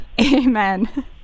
Amen